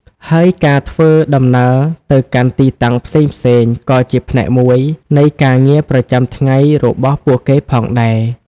ហើយការធ្វើដំណើរទៅកាន់ទីតាំងផ្សេងៗក៏ជាផ្នែកមួយនៃការងារប្រចាំថ្ងៃរបស់ពួកគេផងដែរ។